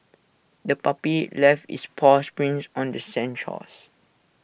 the puppy left its paw prints on the sandy shores